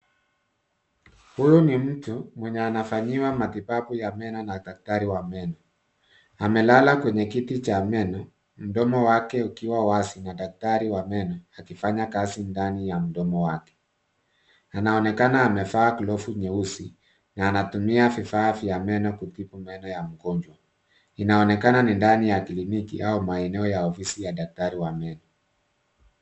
Huyu ni mtu mwenye anafanyiwa matibabu ya meno na daktari wa meno. Amelala kwenye kiti cha meno mdomo wake ukiwa wazi, madaktari wa meno wakifanya kazi ndani ya mdomo wake. Anaonekana amevaa glavu nyeusi na anatumia vifaa vya meno kutibu meno ya mgonjwa. Inaonekana ni ndani ya kliniki au maeneo ya ofisi ya daktari wa meno.